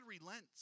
relents